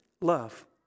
love